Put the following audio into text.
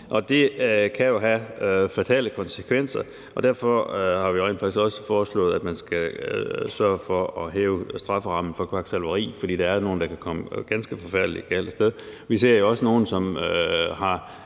Det kan jo have fatale konsekvenser. Derfor har vi rent faktisk også foreslået, at man skal sørge for at hæve strafferammen for kvaksalveri, for der er nogle, der kan komme ganske forfærdelig galt af sted. Vi ser også nogle, som har